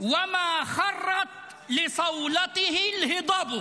על זה אני אומר: ההרים לא נכתשים בשל נביחות כלב,